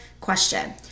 question